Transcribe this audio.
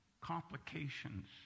complications